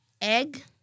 egg